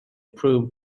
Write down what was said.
proved